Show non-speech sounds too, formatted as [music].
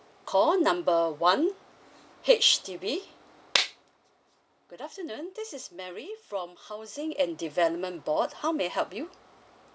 call number one H_D_B [noise] good afternoon this is mary from housing and development board how may I help you